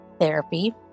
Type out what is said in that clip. Therapy